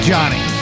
Johnny